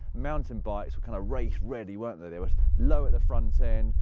mountain bikes were kind of race-ready, weren't they? they were low at the front end,